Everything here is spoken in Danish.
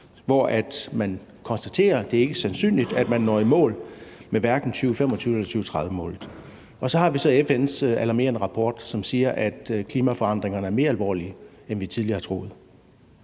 hvor man konstaterer, at det ikke er sandsynligt, at man når i mål med hverken 2025- eller 2030-målet, og så har vi FN's alarmerende rapport, som siger, at klimaforandringerne er mere alvorlige, end vi tidligere har troet.